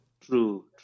True